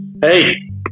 Hey